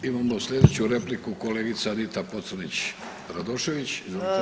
Imamo sljedeću repliku kolegica Anita Pocrnić Radošević.